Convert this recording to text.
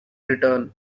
return